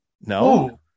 No